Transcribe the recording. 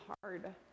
hard